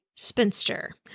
spinster